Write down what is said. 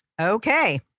Okay